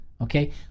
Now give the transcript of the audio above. okay